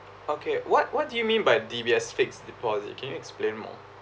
okay what what do you mean by D_B_S fixed deposit can you explain more